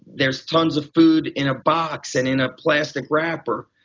there's tons of food in a box and in a plastic wrapper.